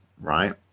right